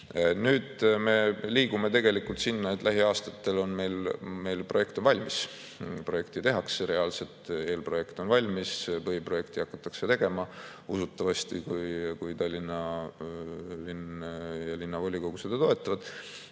Nüüd me liigume tegelikult sinna, et lähiaastatel on meil projekt valmis, projekti tehakse. Reaalselt on eelprojekt valmis, põhiprojekti hakatakse usutavasti tegema, kui Tallinna linn ja linnavolikogu seda toetavad.